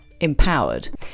empowered